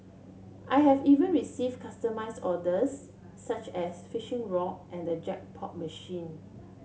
I have even receive customise orders such as fishing rod and jackpot machine